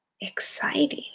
exciting